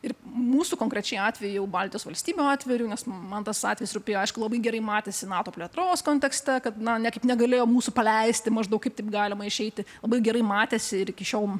ir mūsų konkrečiai atveju baltijos valstybių atveju nes man tas atvejis rūpi aišku labai gerai matėsi nato plėtros kontekste kad na niekaip negalėjo mūsų paleisti maždaug kaip taip galima išeiti labai gerai matėsi ir iki šiol